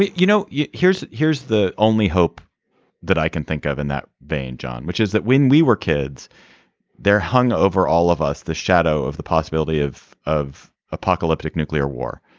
you know here's here's the only hope that i can think of in that vein john which is that when we were kids they're hung over all of us the shadow of the possibility of of apocalyptic nuclear war.